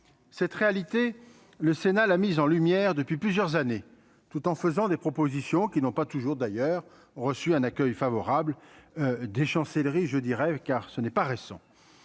cette réalité, le Sénat, la mise en lumière depuis plusieurs années, tout en faisant des propositions qui n'ont pas toujours d'ailleurs reçu un accueil favorable des chancelleries, je dirais, car ce n'est pas récent,